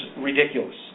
ridiculous